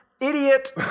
Idiot